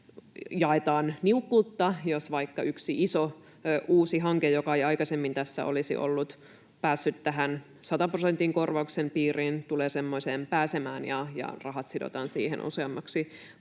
jaetaan niukkuutta, jos vaikka yksi iso uusi hanke, joka ei aikaisemmin tässä olisi päässyt tämän 100 prosentin korvauksen piiriin, tulee semmoiseen pääsemään ja rahat sidotaan siihen useammaksi